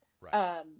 Right